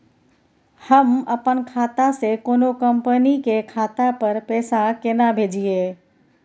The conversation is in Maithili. हम अपन खाता से कोनो कंपनी के खाता पर पैसा केना भेजिए?